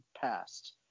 passed